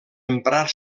emprar